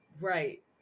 Right